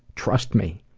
trust me.